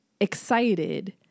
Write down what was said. excited